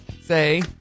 say